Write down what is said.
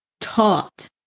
taught